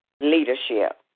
leadership